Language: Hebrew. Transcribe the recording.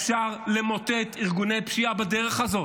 אפשר למוטט ארגוני פשיעה בדרך הזאת.